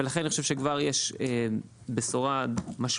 ולכן, אני חושב שכבר יש בשוה משמעותית.